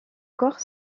corps